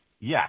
Yes